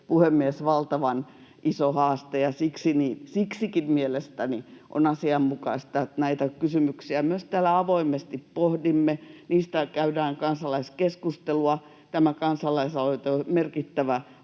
puhemies, valtavan iso haaste, ja siksikin mielestäni on asianmukaista, että näitä kysymyksiä myös täällä avoimesti pohdimme. Niistä käydään kansalaiskeskustelua, ja tämä kansalaisaloite on merkittävä